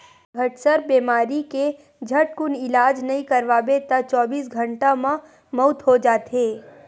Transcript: घटसर्प बेमारी के झटकुन इलाज नइ करवाबे त चौबीस घंटा म मउत हो जाथे